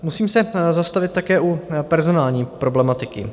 Musím se zastavit také u personální problematiky.